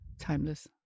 timeless